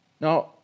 Now